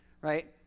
right